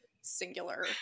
singular